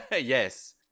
yes